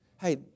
Hey